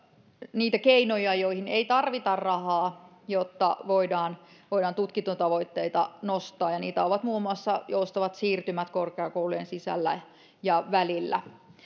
niitä keinoja joihin ei tarvita rahaa jotta voidaan tutkintotavoitteita nostaa ja niitä ovat muun muassa joustavat siirtymät korkeakoulujen sisällä ja välillä